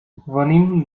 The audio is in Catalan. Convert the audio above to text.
venim